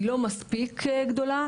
היא לא מספיק גדולה.